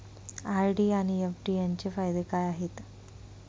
RD आणि FD यांचे फायदे काय आहेत?